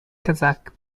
kazakh